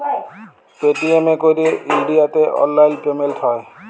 Paytm এ ক্যইরে ইলডিয়াতে অললাইল পেমেল্ট হ্যয়